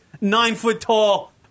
nine-foot-tall